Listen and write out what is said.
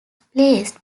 placed